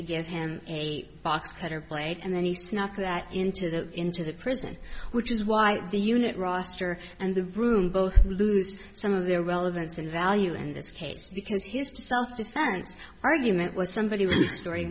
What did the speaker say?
to give him a box cutter plate and then he snuck that into the into the prison which is why the unit roster and the room both lose some of their relevance and value in this case because his self defense argument was somebody